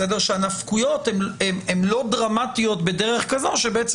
שהנפקויות הן לא דרמטיות בדרך כזו שבעצם